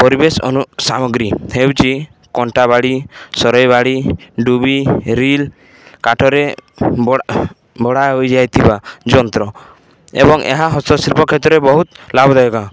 ପରିବେଶ ଅନୁ ସାମଗ୍ରୀ ହେଉଛି କଣ୍ଟାବାଡ଼ି ସରଇବାଡ଼ି ଡୁବି ରିଲ୍ କାଠରେ ବ ବଡ଼ା ହୋଇଯାଇଥିବା ଯନ୍ତ୍ର ଏବଂ ଏହା ହସ୍ତଶିଳ୍ପ କ୍ଷେତ୍ରରେ ବହୁତ ଲାଭଦାୟକ